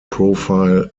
profile